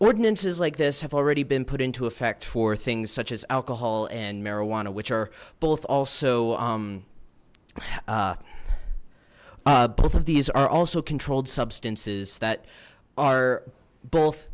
ordinances like this have already been put into effect for things such as alcohol and marijuana which are both also both of these are also controlled substances that are